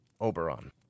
Oberon